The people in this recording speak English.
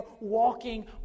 walking